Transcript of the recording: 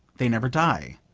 they never die.